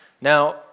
Now